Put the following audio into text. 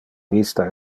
vista